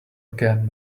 again